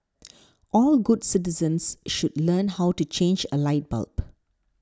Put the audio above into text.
all good citizens should learn how to change a light bulb